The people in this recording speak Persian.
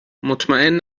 مطمئن